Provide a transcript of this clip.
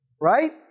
Right